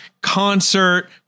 concert